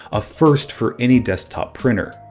a first for any desktop printer.